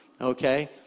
Okay